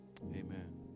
Amen